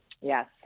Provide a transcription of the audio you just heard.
Yes